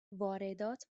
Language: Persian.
واردات